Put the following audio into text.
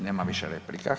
Nema više replika.